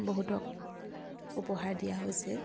বহুতক উপহাৰ দিয়া হৈছে